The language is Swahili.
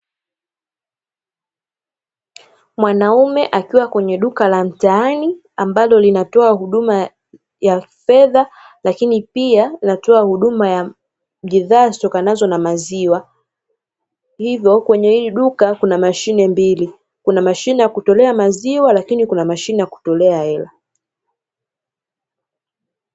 Mwanaume akiwa kwenye duka la mtaani ambalo linatoa huduma ya fedha lakini pia linatoa huduma ya bidhaa zitokazo na maziwa, hivyo kwenye hili duka kuna mashine mbili kuna mashine ya kutolea maziwa lakini kuna mashine ya kutolea hela.